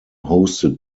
hosted